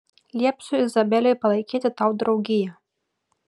liepsiu izabelei palaikyti tau draugiją